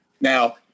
Now